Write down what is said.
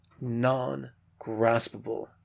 non-graspable